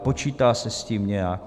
Počítá se s tím nějak?